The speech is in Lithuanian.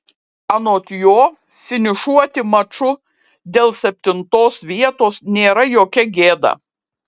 anot jo finišuoti maču dėl septintos vietos nėra jokia gėda